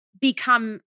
become